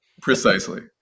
Precisely